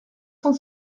cent